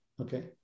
Okay